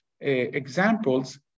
examples